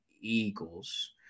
eagles